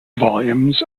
volumes